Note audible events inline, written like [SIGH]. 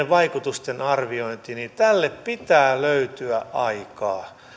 [UNINTELLIGIBLE] vaikutusten arviointi niin tälle pitää löytyä aikaa